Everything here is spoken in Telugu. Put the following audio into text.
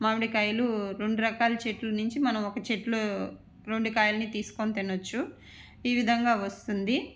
మామిడికాయలు రెండు రకాలు చెట్లు నుంచి మనం ఒక చెట్లో రెండు కాయల్ని తీసుకుని తినచ్చు ఈ విధంగా వస్తుంది